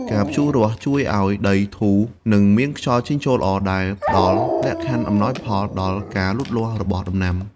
ការភ្ជួររាស់ ជួយធ្វើឲ្យដីធូរ និងមានខ្យល់ចេញចូលល្អ ដែលផ្តល់លក្ខខណ្ឌអំណោយផលដល់ការលូតលាស់របស់ដំណាំ។